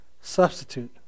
substitute